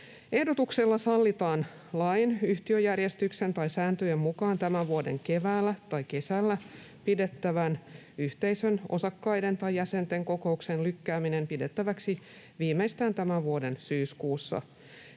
Ehdotuksella sallitaan lain, yhtiöjärjestyksen tai sääntöjen mukaan tämän vuoden keväällä tai kesällä pidettävän yhteisön osakkaiden tai jäsenten kokouksen lykkääminen pidettäväksi viimeistään tämän vuoden syyskuussa.